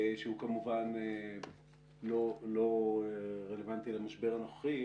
הוא לא רלוונטי למשבר הנוכחי,